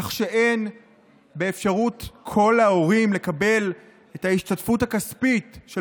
כך שאין באפשרות כל ההורים לקבל את ההשתתפות הכספית של